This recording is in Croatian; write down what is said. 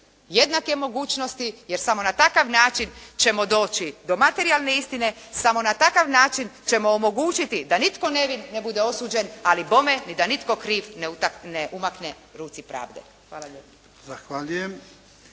jednake mogućnosti jer samo na takav način ćemo doći do materijalne istine, samo na takav način ćemo omogućiti da nitko ne bude osuđen, ali bome ni da nitko kriv ne umakne ruci pravde. Hvala lijepo.